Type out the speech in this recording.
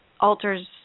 alters